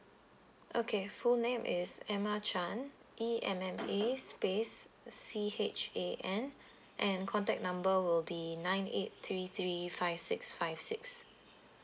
okay full name is emma chan E M M A space C H A N and contact number will be nine eight three three five six five six